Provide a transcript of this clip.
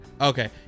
Okay